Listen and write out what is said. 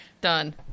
Done